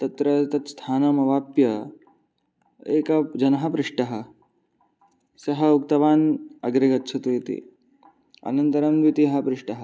तत्र तत् स्थानम् अवाप्य एकः जनः पृष्टः सः उक्तवान् अग्रे गच्छतु इति अनन्तरं द्वितीयः पृष्टः